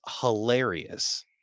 hilarious